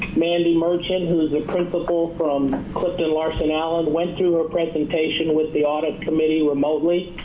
mandy merchant, who is a principal from cliftonlarsonallen, went through her presentation with the audit committee remotely.